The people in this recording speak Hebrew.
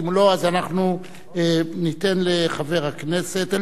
אם לא, אז אנחנו ניתן לחבר הכנסת אלדד.